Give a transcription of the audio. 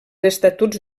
estatuts